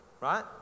right